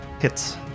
hits